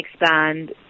expand